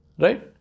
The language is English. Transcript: Right